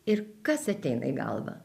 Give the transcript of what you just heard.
ir kas ateina į galvą